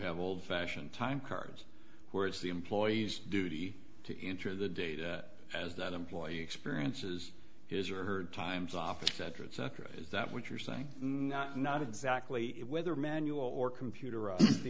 have old fashioned time cards where it's the employee's duty to enter the data as that employee experiences his or her times office cetera et cetera is that what you're saying not exactly whether manual or computer or the